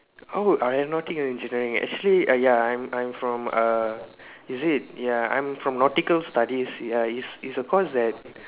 oh aeronautic engineering actually err ya I'm I'm from uh is it ya I'm from nautical studies ya it's it's a course that